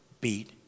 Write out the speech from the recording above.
beat